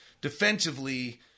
defensively